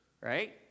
Right